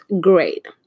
great